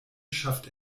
schafft